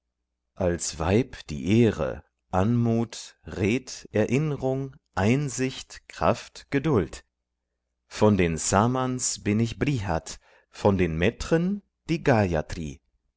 als weib die ehre anmut red erinnrung einsicht kraft geduld von den smans bin ich brihat von den metren die